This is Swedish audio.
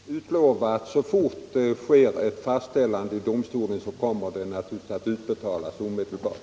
Herr talman! Jag kan utlova att så fort det sker ett fastställande i domstolen kommer pengarna att utbetalas omedelbart.